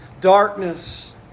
darkness